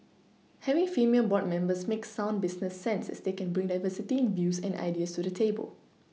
having female board members makes sound business sense as they can bring diversity in views and ideas to the table